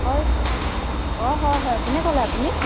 হয় অঁ হয় হয় কোনে ক'লে আপুনি